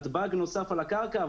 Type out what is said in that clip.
נתב"ג נוסף על הקרקע,